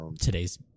today's